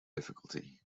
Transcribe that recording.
difficulty